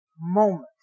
moment